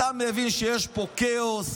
אתה מבין שיש פה כאוס.